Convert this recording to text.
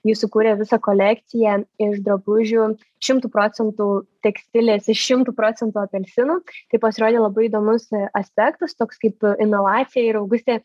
ji sukūrė visą kolekciją iš drabužių šimtu procentų tekstilės iš šimtu procentų apelsinų tai pasirodė labai įdomus aspektas toks kaip inovacija ir augustė